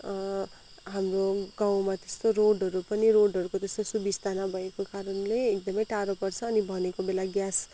हाम्रो गउँमा त्यस्तो रोडहरू पनि रोडहरूको त्यस्तो सुबिस्ता नभएको कारणले एकदमै टाढो पर्छ अनि भनेको बेला ग्यासको